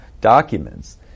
documents